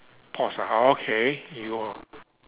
pause ah okay you hold on